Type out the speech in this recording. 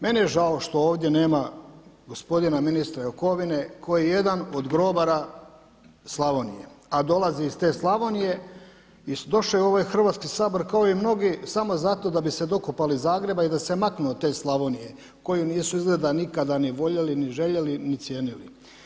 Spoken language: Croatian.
Meni je žao što ovdje nema gospodina ministra Jakovine koji je jedan od grobara Slavonije, a dolazi iz te Slavonije i došao je u ovaj Hrvatski sabor kao i mnogi samo zato da bi se dokopali Zagreba i da se maknu od te Slavonije koju nisu izgleda nikada ni voljeli, ni željeli, ni cijenili.